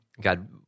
God